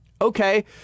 Okay